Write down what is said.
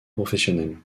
professionnel